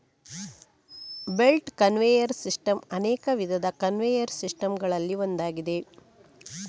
belt conveyor system ಅನೇಕ ವಿಧದ conveyor system ಗಳಲ್ಲಿ ಒಂದಾಗಿದೆ